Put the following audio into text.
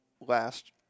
last